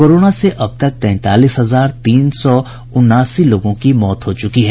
corona से अब तक तैंतालीस हजार तीन सौ उनासी लोगों की मौत हुई है